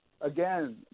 again